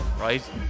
right